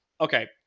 Okay